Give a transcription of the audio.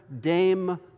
Dame